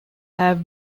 have